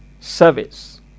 service